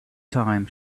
time